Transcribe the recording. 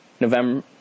November